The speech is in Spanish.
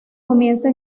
comienza